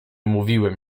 umówiłem